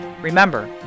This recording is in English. Remember